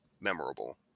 memorable